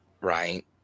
right